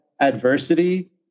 adversity